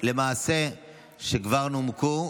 שכבר נומקו.